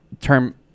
term